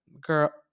Girl